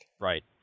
Right